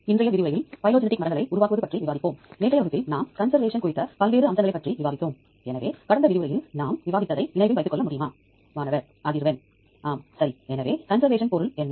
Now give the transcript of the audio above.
DD BJ மற்றும் Uniprot database களின் செயல்விளக்கம் DDBJ பற்றிய சுருக்கமான விவரங்கள் மற்றும் தொடர் வரிசைகளை எவ்வாறு சமர்ப்பிப்பது மற்றும் பல்வேறு தேடல் விருப்பத் தேர்வு முறைகளை பயன்படுத்தி DDBJ தொடர் வரிசைகளை எவ்வாறு பெறுவது பற்றிய சுருக்கமான விவரங்களை நாங்கள் தருகிறோம்